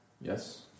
Yes